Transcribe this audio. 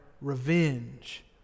revenge